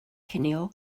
cinio